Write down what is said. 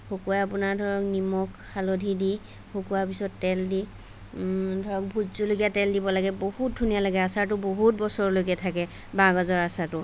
শুকুৱাই আপোনাৰ ধৰক নিমখ হালধী দি শুকুৱাৰ পিছত তেল দি ধৰক ভূত জলকীয়া তেল দিব লাগে বহুত ধুনীয়া লাগে আচাৰটো বহুত বছৰলৈকে থাকে বাঁহ গাজৰ আচাৰটো